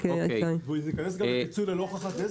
וזה ייכנס גם לפיצוי לא הוכחת נזק?